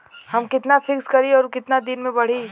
हम कितना फिक्स करी और ऊ कितना दिन में बड़ी?